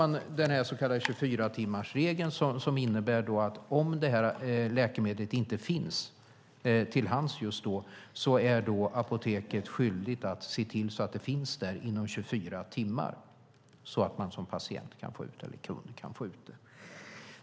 Nu finns den så kallade 24-timmarsregeln, som innebär att om läkemedlet inte finns till hands just då är apoteket skyldigt att se till att det finns där inom 24 timmar, så att man som patient eller kund kan få ut det.